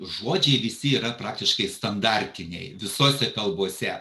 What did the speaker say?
žodžiai visi yra praktiškai standartiniai visose kalbose